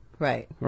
Right